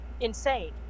insane